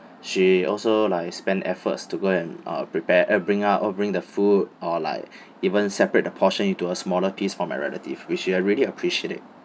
she also like spend efforts to go and uh prepare eh bring up bring the food or like even separate the portion into a smaller piece for my relative which I really appreciate it